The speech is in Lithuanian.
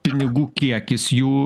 pinigų kiekis jų